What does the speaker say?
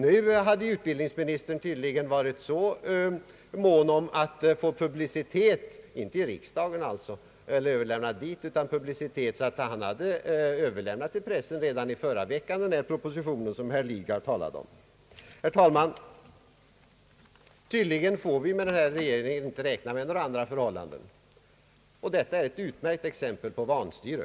Nu hade utbildningsministern tydligen varit så mån om att få publicitet att han redan i förra veckan hade överlämnat — inte till riksdagen utan till pressen — den proposition som herr Lidgard talade om. Herr talman! Tydligen får vi med den nuvarande regeringen inte räkna med några andra förhållanden, och detta är ett utmärkt exempel på vanstyre.